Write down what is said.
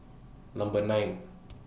Number nine